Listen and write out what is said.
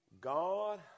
God